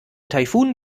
taifun